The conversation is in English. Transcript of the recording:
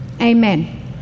Amen